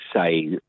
say